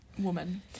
woman